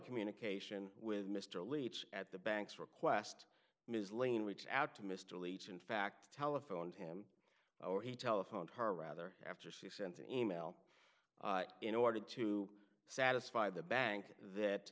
communication with mr leach at the bank's request ms lane reached out to mr leach in fact telephoned him or he telephoned her rather after she sent an email in order to satisfy the bank that